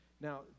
Now